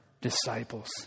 disciples